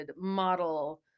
model